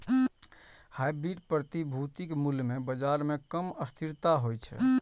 hybrid प्रतिभूतिक मूल्य मे बाजार मे कम अस्थिरता होइ छै